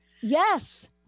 Yes